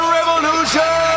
Revolution